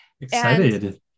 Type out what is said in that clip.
Excited